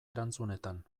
erantzunetan